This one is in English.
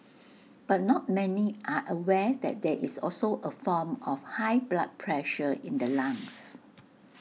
but not many are aware that there is also A form of high blood pressure in the lungs